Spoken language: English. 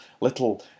Little